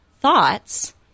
thoughts